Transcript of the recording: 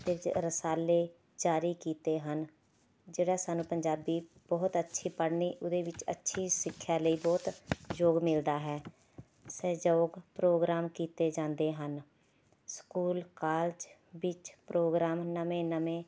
ਰਸਾਲੇ ਜਾਰੀ ਕੀਤੇ ਹਨ ਜਿਹੜਾ ਸਾਨੂੰ ਪੰਜਾਬੀ ਬਹੁਤ ਅੱਛੀ ਪੜ੍ਹਨੀ ਉਹਦੇ ਵਿੱਚ ਅੱਛੀ ਸਿੱਖਿਆ ਲਈ ਬਹੁਤ ਸਹਿਯੋਗ ਮਿਲਦਾ ਹੈ ਸਹਿਯੋਗ ਪ੍ਰੋਗਰਾਮ ਕੀਤੇ ਜਾਂਦੇ ਹਨ ਸਕੂਲ ਕਾਲਜ ਵਿੱਚ ਪ੍ਰੋਗਰਾਮ ਨਵੇਂ ਨਵੇਂ